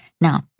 Now